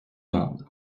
monde